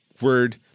word